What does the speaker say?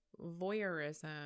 voyeurism